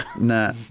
Nah